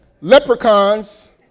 Leprechauns